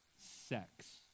sex